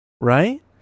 right